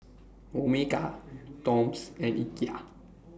Omega Toms and Ikea